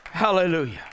hallelujah